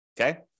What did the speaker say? Okay